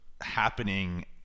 happening